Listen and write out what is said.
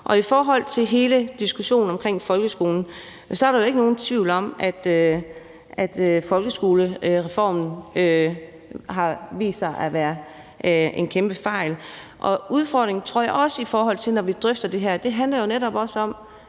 om. I forhold til hele diskussionen omkring folkeskolen er der jo ikke nogen tvivl om, at folkeskolereformen har vist sig at være en kæmpe fejl, og udfordringen, når vi drøfter det her, tror jeg også